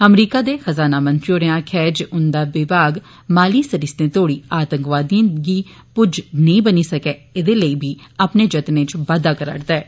अमरीका दे खजाना मंत्री म्नूचिन होरें आक्खेया ऐ जे उन्दा विभाग माली सरिस्तें तोड़ी आतंकवादियें गी पुज्ज नेंई बनी सकै एदे लेई बी अपने जतने च बाद्दा करा रदा ऐ